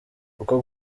uko